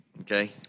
Okay